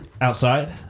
Outside